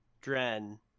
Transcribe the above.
Dren